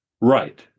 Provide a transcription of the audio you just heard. Right